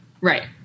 Right